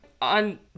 On